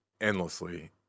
endlessly